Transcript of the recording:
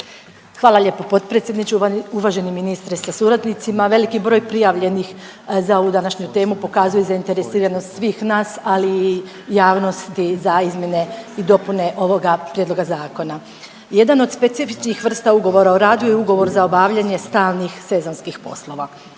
Hvala lijepo potpredsjedniče. Uvaženi ministre sa suradnicima, veliki broj prijavljenih za ovu današnju temu pokazuje zainteresiranost svih nas ali i javnosti za izmjene i dopune ovoga prijedloga zakona. Jedan od specifičnih vrsta ugovora o radu je ugovor za obavljanje stalnih sezonskih poslova.